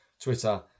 Twitter